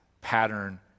pattern